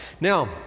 Now